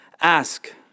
Ask